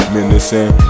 Menacing